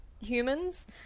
humans